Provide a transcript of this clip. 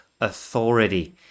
authority